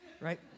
right